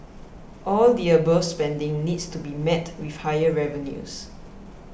all the above spending needs to be met with higher revenues